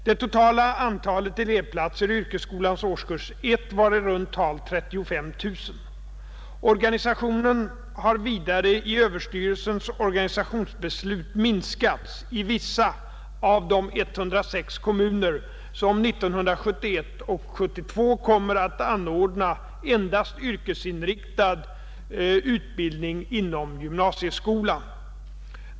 Det totala antalet elevplatser i yrkesskolans årskurs 1 var i runt tal 35 000. Organisationen har vidare i överstyrelsens organisationsbeslut minskats i vissa av de 106 kommuner som 1971/72 kommer att anordna endast yrkesinriktad utbildning inom gymnasieskolan.